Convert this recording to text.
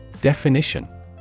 Definition